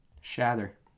Shatter